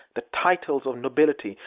the titles of nobility,